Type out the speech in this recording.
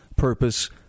Purpose